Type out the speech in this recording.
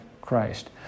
Christ